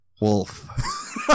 wolf